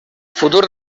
futur